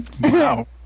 Wow